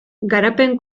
garapen